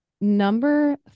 number